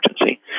emergency